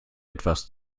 etwas